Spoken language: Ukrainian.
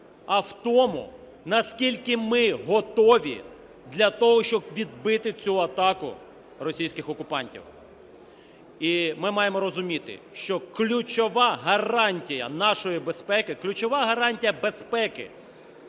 а в тому, наскільки ми готові для того, щоб відбити цю атаку російських окупантів. І ми маємо розуміти, що ключова гарантія нашої безпеки, ключова гарантія безпеки